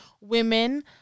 women